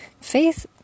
Faith